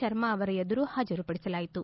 ಶರ್ಮಾ ಅವರ ಎದುರು ಹಾಜರು ಪಡಿಸಲಾಯಿತು